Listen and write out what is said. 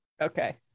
Okay